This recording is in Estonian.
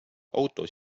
auto